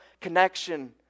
connection